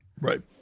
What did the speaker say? Right